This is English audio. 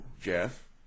Jeff